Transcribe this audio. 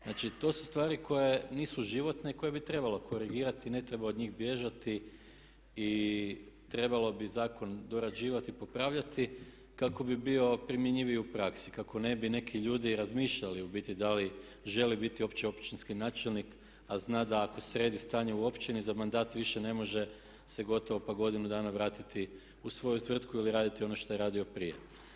Znači to su stvari koje nisu životne i koje bi trebalo korigirati, ne treba od njih bježati i trebalo bi zakon dorađivati i popravljati kako bi bio primjenjiviji u praksi, kako ne bi neki ljudi razmišljali u biti da li žele biti uopće općinski načelnik a zna da ako sredi stanje u općini za mandat više ne može se gotovo pa godinu dana vratiti u svoju tvrtku ili raditi ono što je radio prije.